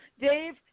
Dave